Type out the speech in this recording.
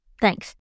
Thanks